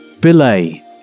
Belay